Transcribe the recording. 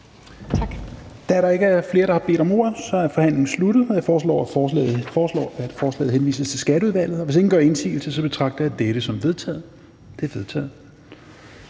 Da der ikke er flere, der har bedt om ordet, er forhandlingen sluttet. Jeg foreslår, at forslaget henvises til Skatteudvalget. Hvis ingen gør indsigelse, betragter jeg dette som vedtaget. Det er vedtaget.